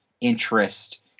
interest